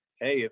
hey